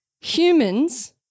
humans